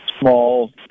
Small